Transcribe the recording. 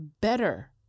better